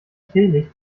teelicht